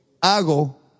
hago